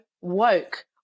woke